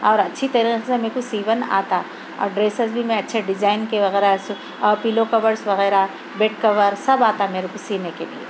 اور اچھی طرح سے میرے کو سیون آتا اور ڈریسیز بھی میں اچھے ڈیزائن کے وغیرہ اور پیلو کاورس وغیرہ بیڈ کور سب آتا میرے کو سینے کے لئے